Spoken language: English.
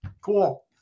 Cool